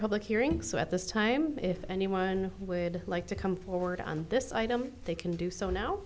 public hearing so at this time if anyone would like to come forward on this item they can do so now